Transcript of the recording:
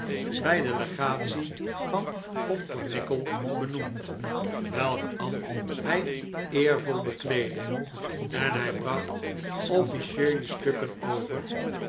bij de legatie van pompernikkel benoemd welk ambt hij eervol beklecdde en hij bracht offlcieele stukken over